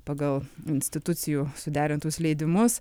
pagal institucijų suderintus leidimus